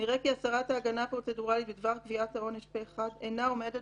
- נראה כי הצעת ההגנה הפרוצדוראלית בדבר קביעת העונש פה-אחד אינה עומדת